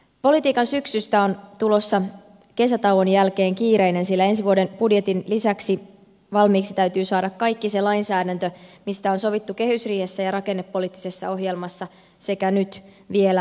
politiikan syksystä on tulossa kesätauon jälkeen kiireinen sillä ensi vuoden budjetin lisäksi valmiiksi täytyy saada kaikki se lainsäädäntö mistä on sovittu kehysriihessä ja rakennepoliittisessa ohjelmassa sekä nyt vielä hallitusohjelmassa